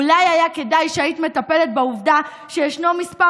אולי היה כדאי שהיית מטפלת בעובדה שישנו מספר